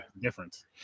difference